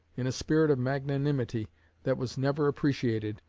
in a spirit of magnanimity that was never appreciated,